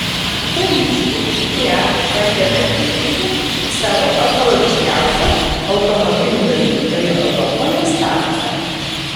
paryžiuje fiat bandė patvirtinti savo ekologiškiausio automobilių gamintojo europoje statusą